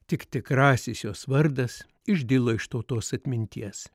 tik tikrasis jos vardas išdilo iš tautos atminties